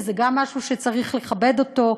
וזה גם משהו שצריך לכבד אותו,